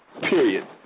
period